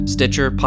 Stitcher